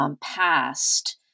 past